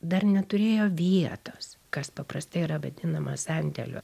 dar neturėjo vietos kas paprastai yra vadinama sandėliu